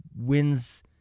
wins